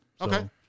Okay